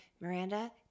Miranda